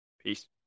Peace